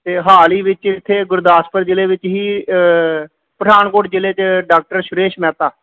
ਅਤੇ ਹਾਲ ਹੀ ਵਿੱਚ ਇੱਥੇ ਗੁਰਦਾਸਪੁਰ ਜ਼ਿਲ੍ਹੇ ਵਿੱਚ ਹੀ ਪਠਾਨਕੋਟ ਜ਼ਿਲ੍ਹੇ 'ਚ ਡਾਕਟਰ ਸੁਰੇਸ਼ ਮਹਿਤਾ